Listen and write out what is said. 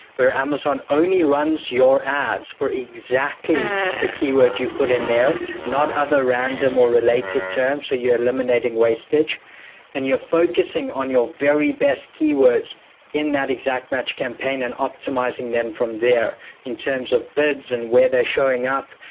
where amazon only runs your ads for exactly the keyword you put in there, not other random or related terms. so, you're eliminating wastage and you're focusing on your very best keywords in that exact match campaign and optimizing them from there in terms of bids and where they're showing up,